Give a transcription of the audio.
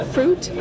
Fruit